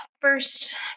first